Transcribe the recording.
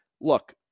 Look